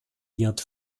miert